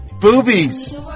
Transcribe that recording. Boobies